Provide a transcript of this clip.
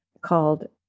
called